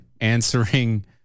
answering